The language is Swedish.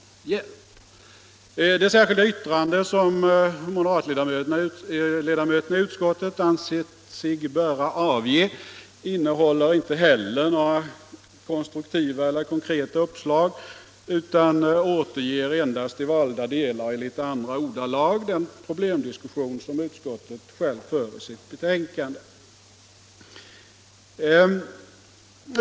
Inte heller det särskilda yttrande som moderatledamöterna i utskottet har ansett sig böra avge innehåller några konkreta uppslag utan återger endast i valda delar och i litet andra ordalag den problemdiskussion som utskottet självt för i sitt betänkande.